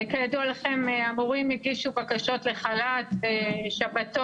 כידוע לכם, המורים הגישו בקשות לחל"ת ושבתון,